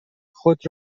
خود